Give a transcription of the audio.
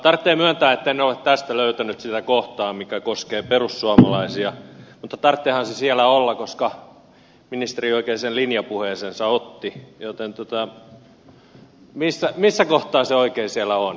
tarvitsee myöntää etten ole tästä löytänyt sitä kohtaa mikä koskee perussuomalaisia mutta tarvitseehan sen siellä olla koska ministeri oikein sen linjapuheeseensa otti joten missä kohtaa se oikein siellä on